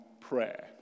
prayer